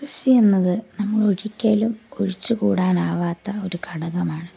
കൃഷി എന്നത് നമ്മൾ ഒരിക്കലും ഒഴിച്ചു കൂടാനാകാത്ത ഒരു ഘടകമാണ്